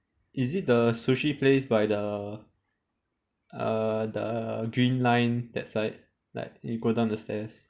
is it the sushi place by the uh the green line that side like you go down the stairs